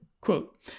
quote